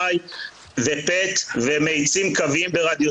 מקבלים רישיון והם יושבים מובטלים בלי עבודה ולא יודעים מה לעשות.